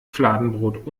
fladenbrot